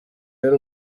y’u